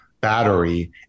battery